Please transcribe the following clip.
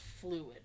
fluid